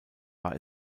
war